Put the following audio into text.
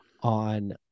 on